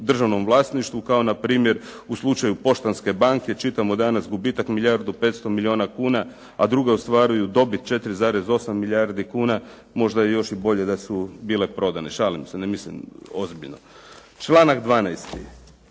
državnom vlasništvu kao npr. u slučaju Poštanske banke, čitamo danas gubitak milijardu 500 milijuna kuna, a druge ostvaruju dobit 4,8 milijardi kuna, možda je još i bolje da su bile prodane. Šalim se, ne mislim ozbiljno. Članak 12.